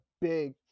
big